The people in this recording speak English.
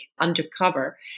undercover